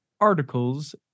articles